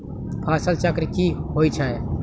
फसल चक्र की होई छै?